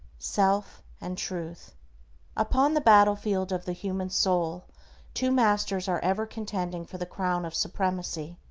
self and truth upon the battlefield of the human soul two masters are ever contending for the crown of supremacy,